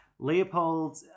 Leopold